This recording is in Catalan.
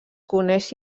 coneix